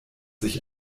sich